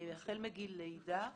החל מגיל לידה,